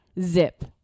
Zip